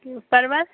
परवल